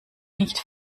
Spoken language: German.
nicht